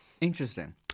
Interesting